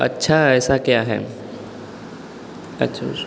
अच्छा ऐसा क्या है अच्छा